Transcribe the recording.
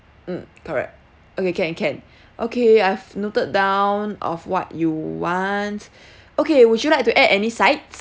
mm correct okay can can okay I've noted down of what you want okay would you like to add any sides